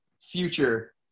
future